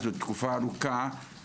זאת תקופה ארוכה,